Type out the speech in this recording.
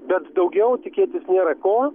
bet daugiau tikėtis nėra ko